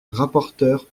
rapporteur